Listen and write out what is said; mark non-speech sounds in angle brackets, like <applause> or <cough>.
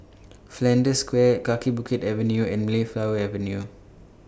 <noise> Flanders Square Kaki Bukit Avenue and Mayflower Avenue